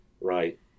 right